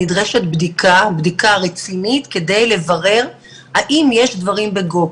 נדרשת בדיקה רצינית כדי לברר האם יש דברים בגו.